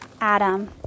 Adam